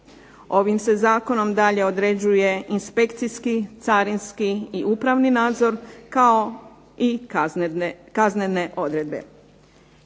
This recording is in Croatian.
Ovim se zakonom dalje određuje inspekcijski, carinski i upravni nadzor, kao i kaznene odredbe.